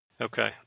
Okay